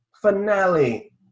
finale